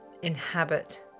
Inhabit